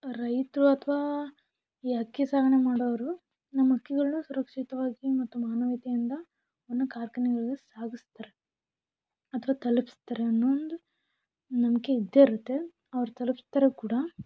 ರೈತರು ಅಥವಾ ಈ ಹಕ್ಕಿ ಸಾಗಣೆ ಮಾಡೋರು ನಮ್ಮ ಹಕ್ಕಿಗಳ್ನ ಸುರಕ್ಷಿತವಾಗಿ ಮತ್ತು ಮಾನವೀಯತೆಯಿಂದ ಅವನ್ನು ಕಾರ್ಖಾನೆಗಳಿಗೆ ಸಾಗಿಸ್ತಾರೆ ಅಥವಾ ತಲುಪಿಸ್ತಾರೆ ಅನ್ನೋ ಒಂದು ನಂಬಿಕೆ ಇದ್ದೇ ಇರುತ್ತೆ ಅವ್ರು ತಲುಪಿಸ್ತಾರೆ ಕೂಡ